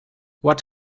what